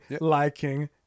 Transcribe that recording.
liking